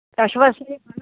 تۄہہِ چھُو حظ ناو